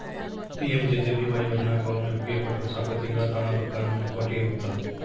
PMJJBY ಯೋಜನಾಕ ಒಮ್ಮೆ ಒಪ್ಪಿಗೆ ಕೊಟ್ರ ಸಾಕು ತಿಂಗಳಾ ತಾನ ರೊಕ್ಕಾ ನಮ್ಮ ಅಕೌಂಟಿದ ಹೋಗ್ತದ